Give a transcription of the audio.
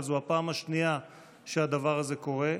אבל זו הפעם השנייה שהדבר הזה קורה.